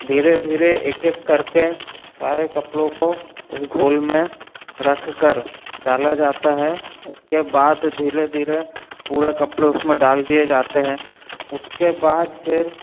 धीरे धीरे एक एक करके सारे कपड़ों को उस घोल में रख कर डाला जाता है उसके बाद धीरे धीरे पूरा कपड़ें उसमें डाल दिए जाते हैं उसके बाद फिर